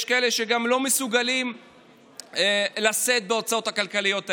יש כאלה שלא מסוגלים לשאת בהוצאות הכלכליות האלה.